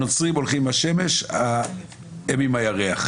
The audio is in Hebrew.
הנוצרים הולכים עם השמש, הם עם הירח.